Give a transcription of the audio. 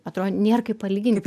atrodo nėr kaip palygint